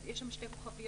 יש שם שתי כוכביות.